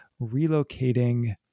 relocating